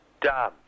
done